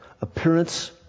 appearance